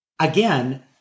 again